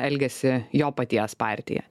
elgiasi jo paties partija